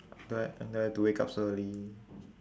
I don't ha~ don't have to wake up so early